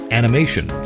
animation